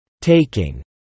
Taking